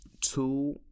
two